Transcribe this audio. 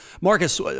Marcus